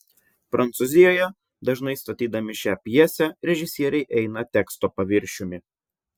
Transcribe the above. prancūzijoje dažnai statydami šią pjesę režisieriai eina teksto paviršiumi